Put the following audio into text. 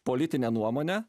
politinę nuomonę